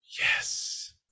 Yes